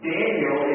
Daniel